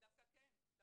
דווקא כן.